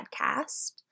podcast